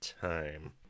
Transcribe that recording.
Time